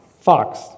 fox